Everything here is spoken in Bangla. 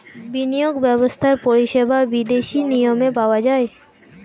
বিনিয়োগ ব্যবস্থার পরিষেবা বিদেশি নিয়মে পাওয়া যায়